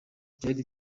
byari